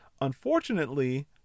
Unfortunately